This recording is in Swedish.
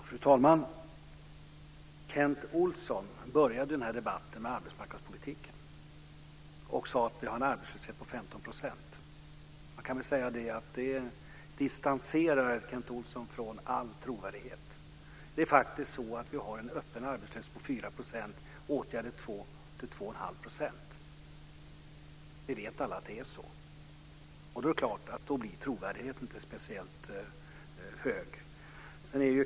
Fru talman! Kent Olsson började debatten med att tala om arbetsmarknadspolitiken. Han sade att vi har en arbetslöshet på 15 %. Det distanserar Kent Olsson från all trovärdighet. Vi har en öppen arbetslöshet på Vi vet alla att det är så. Då blir trovärdigheten inte speciellt hög.